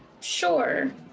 sure